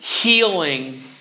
healing